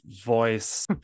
voice